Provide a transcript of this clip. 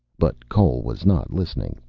but cole was not listening.